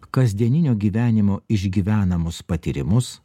kasdieninio gyvenimo išgyvenamus patyrimus